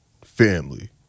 Family